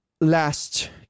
last